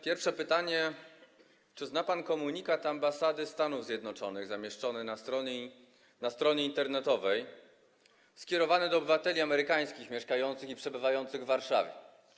Pierwsze pytanie: Czy zna pan komunikat Ambasady Stanów Zjednoczonych, zamieszczony na stronie internetowej, skierowany do obywateli amerykańskich mieszkających i przebywających w Warszawie?